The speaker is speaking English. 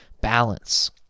Balance